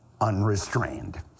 unrestrained